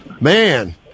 Man